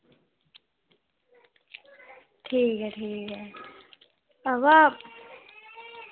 ठीक ऐ ठीक ऐ हां बा